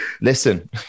Listen